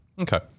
Okay